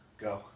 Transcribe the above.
go